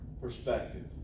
perspective